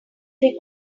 free